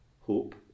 hope